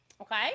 Okay